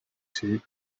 two